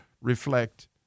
reflect